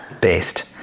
based